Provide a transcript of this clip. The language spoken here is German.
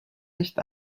nicht